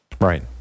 Right